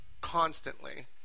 constantly